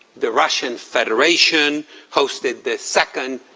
the russian federation hosted the second,